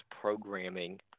programming